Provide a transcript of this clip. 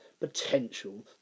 potential